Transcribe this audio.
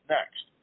Next